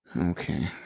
Okay